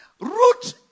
Root